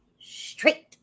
straight